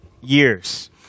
years